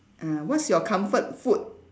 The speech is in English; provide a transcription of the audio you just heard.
ah what's your comfort food